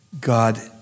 God